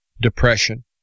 depression